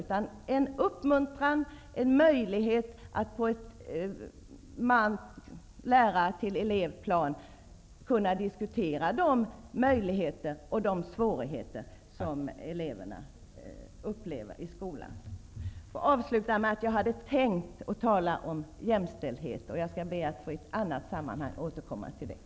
Det skall vara en uppmuntran och en möjlighet att på ett lärar-elev-plan diskutera de möjligheter och svårigheter som eleverna upplever i skolan. Jag hade tänkt att tala om jämställdhet. Jag ber att få återkomma till det i ett annat sammanhang.